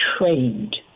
trained